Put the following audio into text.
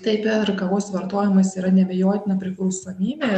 taip ir kavos vartojimas yra neabejotina priklausomybė